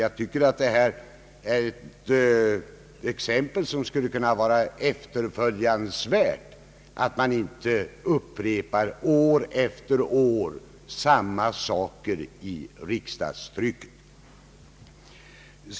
Jag tycker att konstitutionsutskottets skrivning bör kunna vara ett efterföljansvärt exempel, nämligen att man inte år efter år upprepar samma saker i riksdagstrycket.